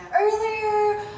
earlier